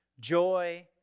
joy